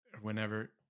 Whenever